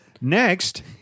Next